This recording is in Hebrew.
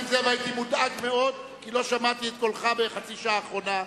הייתי מודאג מאוד כי לא שמעתי את קולך בחצי השעה האחרונה.